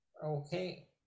okay